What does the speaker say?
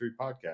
Podcast